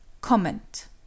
COMMENT